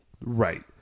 Right